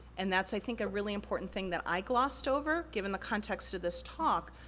and that's, i think, a really important thing that i glossed over, given the context of this talk,